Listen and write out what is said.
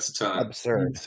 absurd